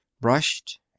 brushed